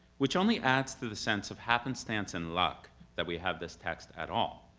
which only adds to the sense of happenstance and luck that we have this text at all.